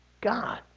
God